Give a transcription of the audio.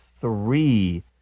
three